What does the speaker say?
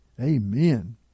Amen